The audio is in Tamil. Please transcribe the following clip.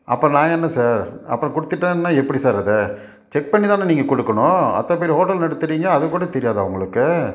அப்போ நான் என்ன சார் அப்போது கொடுத்துட்டேன்னா எப்படி சார் அது செக் பண்ணிதானே நீங்கள் கொடுக்கணும் அத்தனை பெரிய ஹோட்டல் நடத்துகிறீங்க அதுகூட தெரியாதா உங்களுக்கு